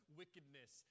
wickedness